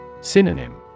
Synonym